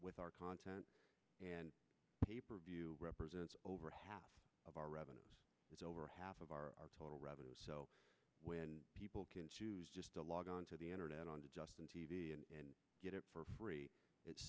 with our content and pay per view represents over half of our revenue is over half of our total revenue so when people can choose just to log on to the internet on to justin t v and get it for free it's